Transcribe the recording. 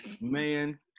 Man